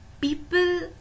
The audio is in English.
people